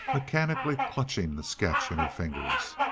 mechanically clutching the sketch in her fingers.